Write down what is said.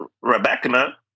Rebecca